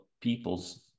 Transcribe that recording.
people's